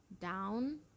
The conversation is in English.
down